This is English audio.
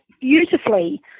beautifully